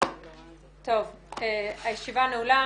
הישיבה נעולה.